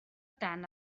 tant